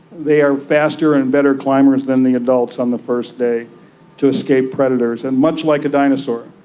they are faster and better climbers than the adults on the first day to escape predators, and much like a dinosaur.